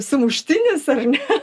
sumuštinis ar ne